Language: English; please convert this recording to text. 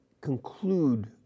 conclude